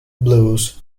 blues